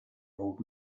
old